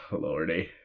lordy